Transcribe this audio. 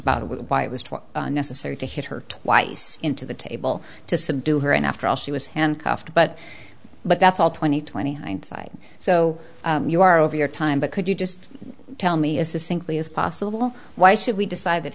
about why it was necessary to hit her twice into the table to subdue her and after all she was handcuffed but but that's all twenty twenty hindsight so you are over your time but could you just tell me as a simply as possible why should we decide that